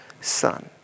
son